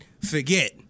forget